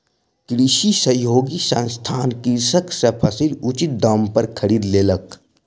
कृषि सहयोगी संस्थान कृषक सॅ फसील उचित दाम पर खरीद लेलक